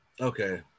Okay